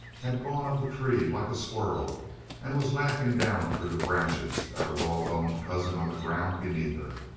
had gone up a tree like a squirrel and was laughing down through the branches at a raw-boned cousin on the ground beneath her.